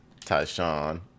Tyshawn